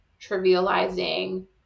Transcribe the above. trivializing